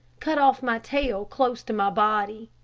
cut off my tail close to my body.